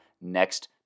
next